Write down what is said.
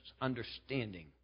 understanding